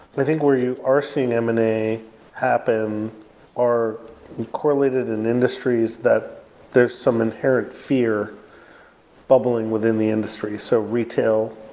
i think where you are seeing m and a happen are correlated in industries that there are some inherent fear bubbling within the industry, so retail,